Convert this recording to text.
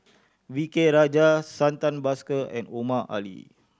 V K Rajah Santha Bhaskar and Omar Ali